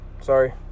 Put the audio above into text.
sorry